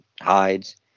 hides